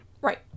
Right